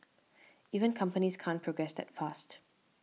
even companies can't progress that fast